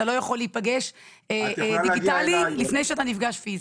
אתה לא יכול להיפגש דיגיטלי לפני שאתה נפגש פיזית.